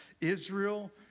Israel